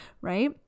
right